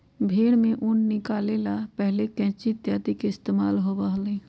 भेंड़ से ऊन निकाले ला पहले कैंची इत्यादि के इस्तेमाल होबा हलय